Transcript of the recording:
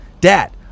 Dad